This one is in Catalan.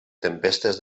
tempestes